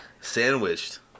Sandwiched